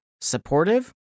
supportive